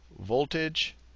voltage